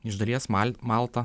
iš dalies mal malta